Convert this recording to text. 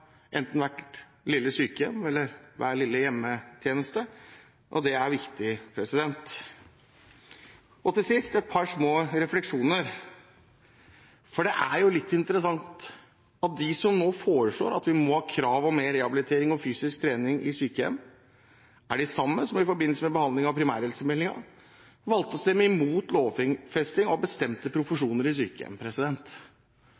enten hvert lille sykehjem eller hver lille hjemmetjeneste. Det er viktig. Til sist har jeg et par små refleksjoner. Det er litt interessant at de som nå foreslår at vi må ha krav om mer rehabilitering og fysisk trening i sykehjem, er de samme som i forbindelse med behandlingen av primærhelsemeldingen valgte å stemme imot lovfesting av bestemte